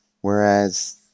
Whereas